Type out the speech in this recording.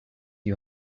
you